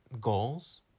goals